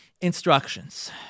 Instructions